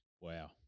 wow